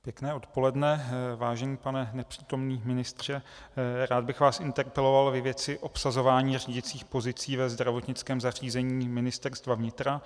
Pěkné odpoledne, vážený pane nepřítomný ministře, rád bych vás interpeloval ve věci obsazování řídicích pozic ve zdravotnickém zařízení Ministerstva vnitra.